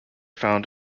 found